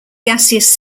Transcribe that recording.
gaseous